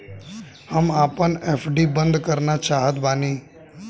हम आपन एफ.डी बंद करना चाहत बानी